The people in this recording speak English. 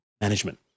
Management